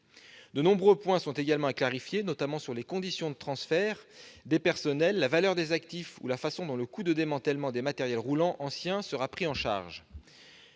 De nombreux points sont également à clarifier, notamment sur les conditions de transfert des personnels, la valeur des actifs ou la façon dont le coût de démantèlement des matériels roulants anciens sera pris en charge.